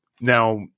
now